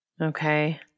Okay